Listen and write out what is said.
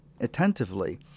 attentively